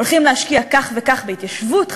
הולכים להשקיע כך וכך בהתיישבות חדשה,